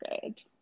good